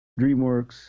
Dreamworks